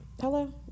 Hello